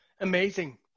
Amazing